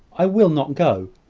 i will not go.